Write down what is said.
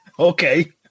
Okay